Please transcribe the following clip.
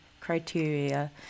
criteria